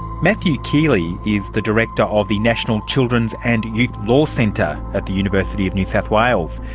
matthew keeley is the director of the national children's and youth law centre at the university of new south wales.